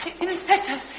Inspector